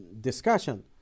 discussion